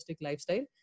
lifestyle